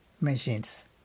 machines